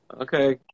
Okay